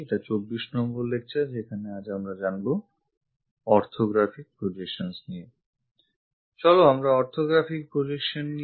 এটা 24 নম্বর লেকচার যেখানে আজ আমরা জানবো অর্থগ্রাফিক প্রজেকশন নিয়ে